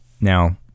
now